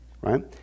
right